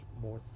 more